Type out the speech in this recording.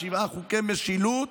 שבעה חוקי משילות